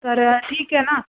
तर ठीक आहे ना